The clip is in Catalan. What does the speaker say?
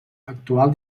actual